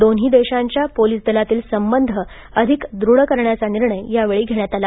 दोन्ही देशांच्या पोलीस दलातील संबंध अधिक दृढ करण्याचा निर्णय घेण्यात आला